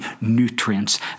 nutrients